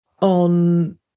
on